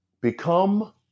become